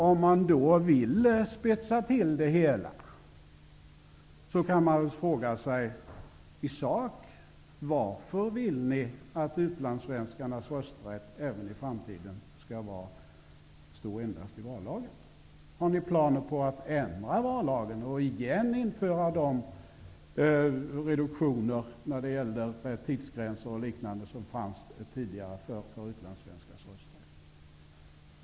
Om man vill spetsa till det hela kan man fråga varför ni i sak vill att utlandssvenskarnas rösträtt även i framtiden endast skall stå i vallagen? Har ni planer på att ändra vallagen och åter införa de reduktioner när det gäller tidsgränser och liknande som tidigare fanns för utlandssvenskars rösträtt?